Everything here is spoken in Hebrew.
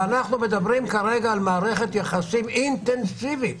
ואנחנו מדברים כרגע על מערכת יחסים אינטנסיבית